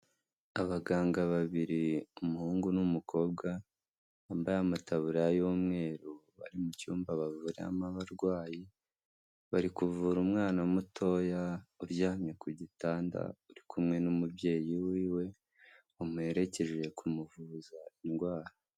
Abaganga babiri umuhungu n'umukobwa bambaye amataburiya y'umweru, bari mu cyumba bavuriramo abarwayi, bari kuvura umwana mutoya uryamye ku gitanda uri kumwe n'umubyeyi wiwe wamuherekeje kumuvuza indwara.